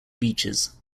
beaches